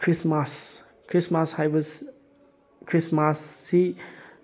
Christmas Christmas ꯍꯥꯏꯕ ꯈ꯭ꯔꯤꯁꯃꯥꯁꯁꯤ